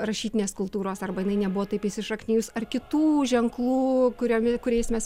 rašytinės kultūros arba jinai nebuvo taip įsišaknijus ar kitų ženklų kuriami kuriais mes